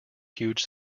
huge